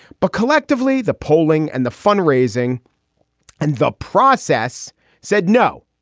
but collectively, the polling and the fundraising and the process said no.